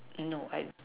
no I